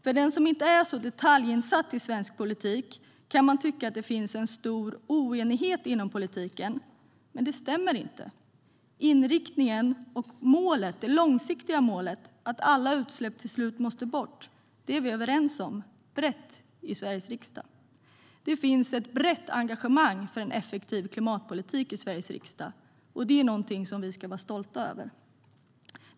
För den som inte är så detaljinsatt i svensk politik kan det tyckas finnas en stor oenighet inom politiken. Men det stämmer inte. Inriktningen och det långsiktiga målet att alla utsläpp till slut måste bort är vi överens om brett i Sveriges riksdag. Det finns ett brett engagemang för en effektiv klimatpolitik i Sveriges riksdag. Det är något som vi ska vara stolta över.